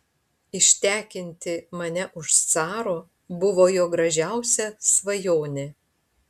ištekinti mane už caro buvo jo gražiausia svajonė